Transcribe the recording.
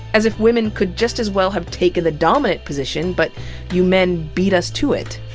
as if women could just as well have taken the dominant position but you men beat us to it.